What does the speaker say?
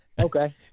Okay